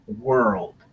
world